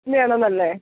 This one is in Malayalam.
ഇനിയാണോ നല്ലത്